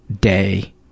day